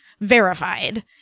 verified